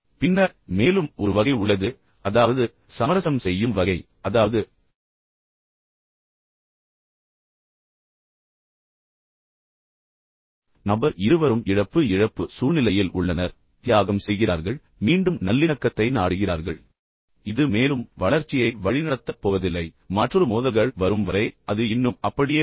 பின்னர் மேலும் ஒரு வகை உள்ளது அதாவது சமரசம் செய்யும் வகை அதாவது நபர் இருவரும் இழப்பு இழப்பு சூழ்நிலையில் உள்ளனர் தியாகம் செய்கிறார்கள் மீண்டும் நல்லிணக்கத்தை நாடுகிறார்கள் ஆனால் பின்னர் ஒரு அர்த்தத்தில் இது மேலும் வளர்ச்சியை வழிநடத்தப் போவதில்லை மற்றொரு மோதல்கள் வரும் வரை அது இன்னும் அப்படியே உள்ளது